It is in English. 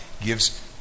gives